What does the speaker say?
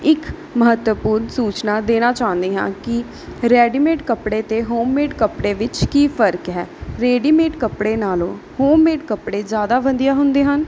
ਇੱਕ ਮਹੱਤਵਪੂਰਨ ਸੂਚਨਾ ਦੇਣਾ ਚਾਹੁੰਦੀ ਹਾਂ ਕਿ ਰੈਡੀਮੇਡ ਕੱਪੜੇ ਅਤੇ ਹੋਮਮੇਡ ਕੱਪੜੇ ਵਿੱਚ ਕੀ ਫਰਕ ਹੈ ਰੇਡੀਮੇਡ ਕੱਪੜੇ ਨਾਲੋਂ ਹੋਮਮੇਡ ਕੱਪੜੇ ਜ਼ਿਆਦਾ ਵਧੀਆਂ ਹੁੰਦੇ ਹਨ